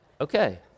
okay